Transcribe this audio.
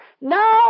No